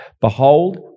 Behold